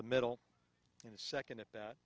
the middle in the second at that